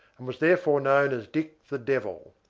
and was therefore known as dick the devil.